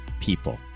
people